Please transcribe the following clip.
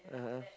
(uh huh)